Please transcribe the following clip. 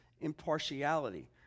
impartiality